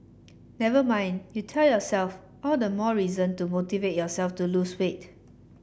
never mind you tell yourself all the more reason to motivate yourself to lose weight